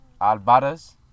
Alvarez